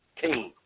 team